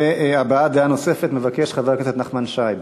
הבעת דעה נוספת מבקש חבר הכנסת נחמן שי.